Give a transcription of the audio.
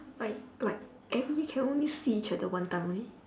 like like every year can only see each other one time only